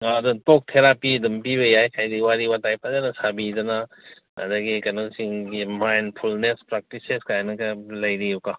ꯑꯗꯨꯝ ꯇꯣꯛ ꯊꯦꯔꯥꯄꯤ ꯑꯗꯨꯝ ꯄꯤꯕ ꯌꯥꯏ ꯍꯥꯏꯗꯤ ꯋꯥꯔꯤ ꯋꯇꯥꯏ ꯐꯖꯅ ꯁꯥꯕꯤꯗꯅ ꯑꯗꯒꯤ ꯀꯩꯅꯣꯁꯤꯡꯒꯤ ꯃꯥꯏꯟ ꯐꯨꯜꯅꯦꯁ ꯄ꯭ꯔꯥꯛꯇꯤꯁꯦꯁ ꯀꯥꯏꯅꯒ ꯌꯥꯝ ꯂꯩꯔꯤꯕꯀꯣ